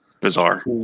bizarre